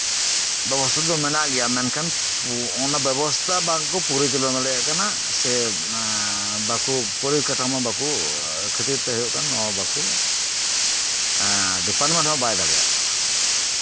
ᱵᱮᱵᱚᱥᱛᱷᱟ ᱫᱚ ᱢᱮᱱᱟᱜ ᱜᱮᱭᱟ ᱢᱮᱱᱠᱷᱟᱱ ᱚᱱᱟ ᱵᱮᱵᱚᱥᱛᱷᱟ ᱵᱟᱝᱠᱚ ᱯᱚᱨᱤᱪᱟᱞᱚᱱᱟ ᱫᱟᱲᱮᱭᱟᱜ ᱠᱟᱱᱟ ᱥᱮ ᱯᱚᱨᱤᱠᱟᱴᱷᱟᱢᱳ ᱵᱟᱠᱚ ᱠᱷᱟᱹᱛᱤᱨ ᱛᱮ ᱦᱩᱭᱩᱜ ᱠᱟᱱᱟ ᱱᱚᱶᱟ ᱵᱟᱠᱚ ᱮᱸᱜ ᱰᱤᱯᱟᱨᱴᱢᱮᱱᱴ ᱦᱚᱸ ᱵᱟᱭ ᱫᱟᱲᱮᱭᱟᱜ ᱠᱟᱱᱟ